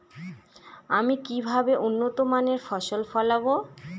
আমি কিভাবে উন্নত মানের ফসল ফলাব?